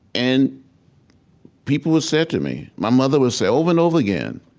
and people would say to me, my mother would say over and over again,